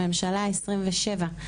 הרשות לקידום מעמד האישה בממשלה ה-27,